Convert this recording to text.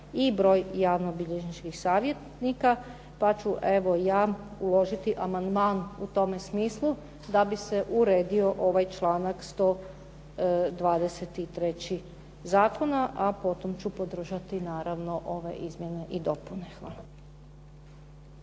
i broj javnobilježničkih savjetnika. Pa ću evo ja uložiti amandman u tome smislu da bi se uredio ovaj članak 123. zakona, a potom ću podržati naravno ove izmjene i dopune. Hvala.